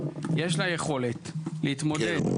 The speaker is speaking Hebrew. יש לה יכולת להתמודד --- כן,